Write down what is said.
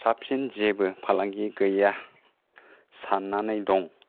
साबसिन जेबो फालांगि गैया साननानै दं